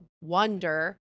wonder